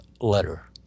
letter